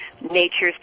Nature's